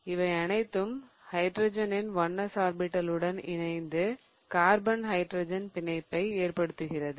இவை அனைத்தும் ஹைட்ரஜனின் 1s ஆர்பிடலுடன் இணைந்து கார்பன் ஹைட்ரஜன் பிணைப்பை ஏற்படுத்துகிறது